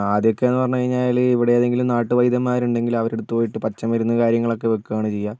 ആദ്യക്കേന്ന് പറഞ്ഞ് കഴിഞ്ഞാൽ ഇവിടെ ഏതെങ്കിലും നാട്ടു വൈദ്യൻമാരുണ്ടെങ്കിൽ അവരടടുത്തുപോയിട്ട് പച്ചമരുന്ന് കാര്യങ്ങളൊക്കെ വെക്കുവാണ് ചെയ്യുക